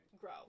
grow